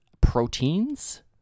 proteins